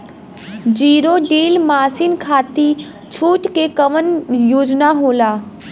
Zero till machine खाती छूट के कवन योजना होला?